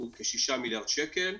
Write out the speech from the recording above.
הוא כ-6 מיליארד שקל.